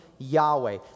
Yahweh